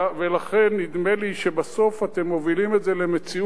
ולכן נדמה לי שבסוף אתם מובילים את זה למציאות